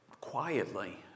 quietly